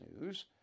News